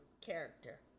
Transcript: character